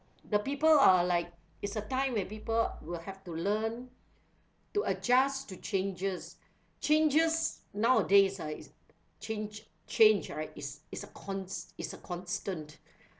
the people are like it's a time when people will have to learn to adjust to changes changes nowadays ah is change change right is is a cons~ is a constant